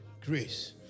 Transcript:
Grace